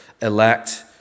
elect